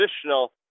traditional